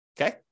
Okay